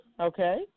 okay